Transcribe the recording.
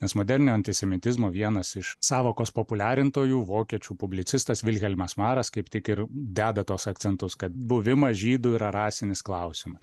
nes moderniojo antisemitizmo vienas iš sąvokos populiarintojų vokiečių publicistas vilhelmas maras kaip tik ir deda tuos akcentus kad buvimas žydu yra rasinis klausimas